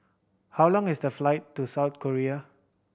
how long is the flight to South Korea